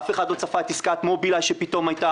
אף אחד לא צפה את עסקת מובילאיי שפתאום הייתה.